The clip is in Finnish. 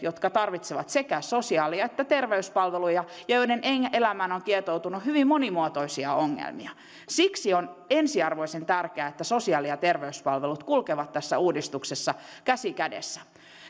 jotka tarvitsevat sekä sosiaali että terveyspalveluja ja joiden elämään on on kietoutunut hyvin monimuotoisia ongelmia siksi on ensiarvoisen tärkeää että sosiaali ja terveyspalvelut kulkevat tässä uudistuksessa käsi kädessä